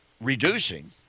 reducing